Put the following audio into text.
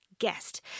guest